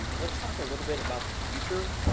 let's talk a little bit about the future.